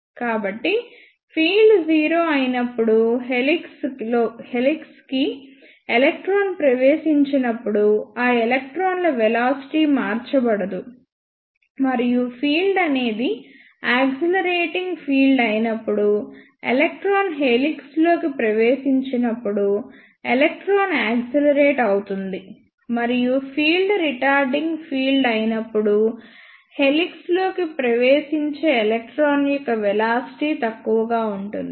కాబట్టి ఫీల్డ్ 0 అయినప్పుడు హెలిక్స్లోకి ఎలక్ట్రాన్ ప్రవేశించినప్పుడు ఆ ఎలక్ట్రాన్ల వెలాసిటీ మార్చబడదు మరియు ఫీల్డ్ అనేది యాక్సిలరేటింగ్ ఫీల్డ్ అయినప్పుడు ఎలక్ట్రాన్ హెలిక్స్లోకి ప్రవేశించినప్పుడు ఎలక్ట్రాన్ యాక్సిలరేట్ అవుతుంది మరియు ఫీల్డ్ రిటార్డింగ్ ఫీల్డ్ అయినప్పుడు హెలిక్స్లోకి ప్రవేశించే ఎలక్ట్రాన్ యొక్క వెలాసిటీ తక్కువగా ఉంటుంది